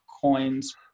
coins